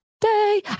day